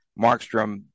Markstrom